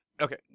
Okay